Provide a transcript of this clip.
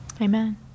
amen